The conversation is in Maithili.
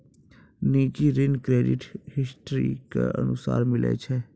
निजी ऋण क्रेडिट हिस्ट्री के अनुसार मिलै छै